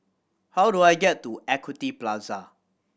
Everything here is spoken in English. how do I get to Equity Plaza